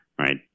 right